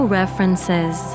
references